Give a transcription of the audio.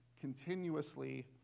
continuously